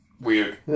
weird